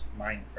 minecraft